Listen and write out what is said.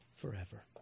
forever